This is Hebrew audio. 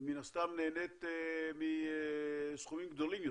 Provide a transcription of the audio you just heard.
מן הסתם נהנית מסכומים גדולים יותר.